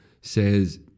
says